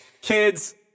kids